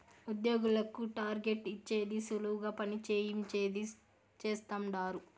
ఉద్యోగులకు టార్గెట్ ఇచ్చేది సులువుగా పని చేయించేది చేస్తండారు